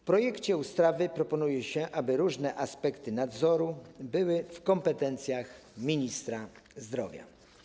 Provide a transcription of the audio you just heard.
W projekcie ustawy proponuje się, aby różne aspekty nadzoru były w kompetencjach ministra zdrowia.